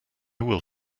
will